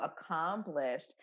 accomplished